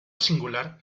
singular